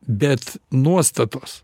bet nuostatos